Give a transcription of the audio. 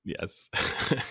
Yes